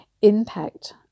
impact